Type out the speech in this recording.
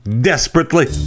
desperately